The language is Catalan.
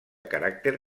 caràcter